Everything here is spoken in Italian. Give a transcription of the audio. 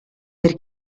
per